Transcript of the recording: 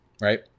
right